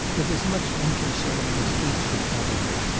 with as much unconcern as each could counterfeit,